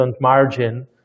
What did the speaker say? margin